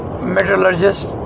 Metallurgist